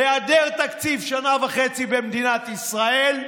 היעדר תקציב שנה וחצי במדינת ישראל,